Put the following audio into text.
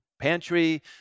pantry